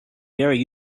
very